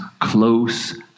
close